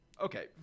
Okay